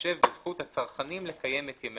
להתחשב בזכות הצרכנים לקיים את ימי